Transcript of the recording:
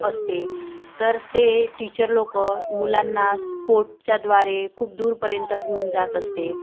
असते तर ते टीचर लोकं मुलांना स्पोर्टच्याद्वारे खूप दूरपर्यंत घेऊन जात असते